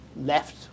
left